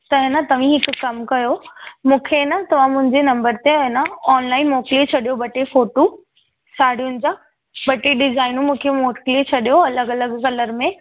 त आहे न तव्हीं हिक कमु कयो मूंखे आहे न तव्हां मुंहिंजे नम्बर ते अइन ऑनलाइन मोकिले छॾियो ॿ टे फ़ोटू साड़ियुनि जा ॿ टे सुठी डिज़ाइनूं मूंखे मोकिले छॾियो अलॻि अलॻि कलर में